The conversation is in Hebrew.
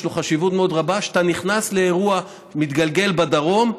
יש לו חשיבות מאוד רבה: כשאתה נכנס לאירוע מתגלגל בדרום,